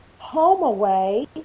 HomeAway